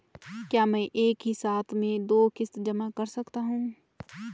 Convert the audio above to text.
क्या मैं एक ही साथ में दो किश्त जमा कर सकता हूँ?